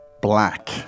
Black